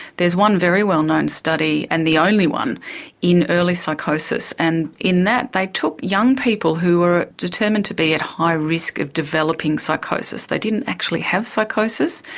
there is one very well-known study and the only one in early psychosis, and in that they took young people who were determined to be at high risk of developing psychosis, they didn't actually have psychosis,